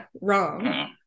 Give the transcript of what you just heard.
wrong